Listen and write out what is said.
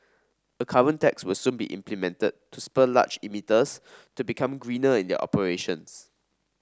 a carbon tax will soon be implemented to spur large emitters to become greener in their operations